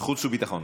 חוץ וביטחון.